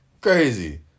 Crazy